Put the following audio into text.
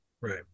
Right